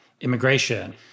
immigration